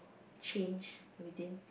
change within